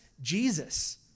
Jesus